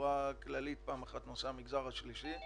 בצורה כללית פעם אחת המגזר השלישי.